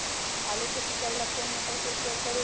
आलू के सिंचाई ला कौन मोटर उपयोग करी?